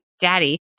daddy